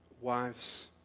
Wives